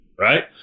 right